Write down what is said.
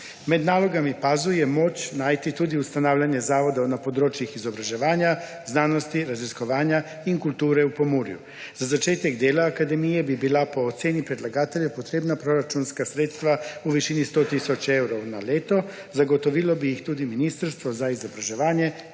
Med nalogami PAZU je moč najti tudi ustanavljanje zavodov na področjih izobraževanja, znanosti, raziskovanja in kulture v Pomurju. Za začetek dela akademije bi bila po oceni predlagatelja potrebna proračunska sredstva v višini 100 tisoč evrov na leto, zagotovilo bi jih tudi Ministrstvo za izobraževanje,